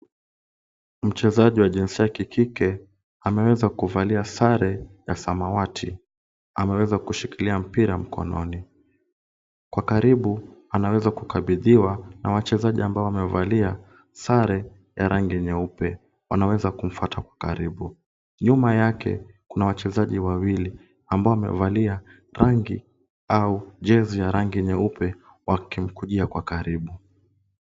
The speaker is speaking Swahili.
Mchezaji wa jinsia ya kike anaonekana kuvalia sare ya rangi ya samawati. Ameweza kushikilia mpira mkononi. Kwa karibu ameweza kukabiliwa na wachezaji waliovalia sare ya rangi nyeupe. Wameweza kumfuata kwa ukaribu. Nyuma yake kuna wachezaji wawili amabao wamaevaa rangi au jezi ya rangi nyeupe wakimkujia kwa karibu.